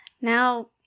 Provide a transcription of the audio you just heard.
Now